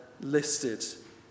listed